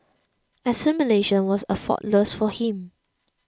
assimilation was effortless for him